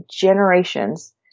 generations